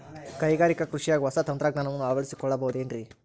ಕೈಗಾರಿಕಾ ಕೃಷಿಯಾಗ ಹೊಸ ತಂತ್ರಜ್ಞಾನವನ್ನ ಅಳವಡಿಸಿಕೊಳ್ಳಬಹುದೇನ್ರೇ?